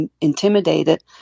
intimidated